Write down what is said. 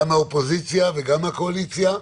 גם מהאופוזיציה וגם מהקואליציה,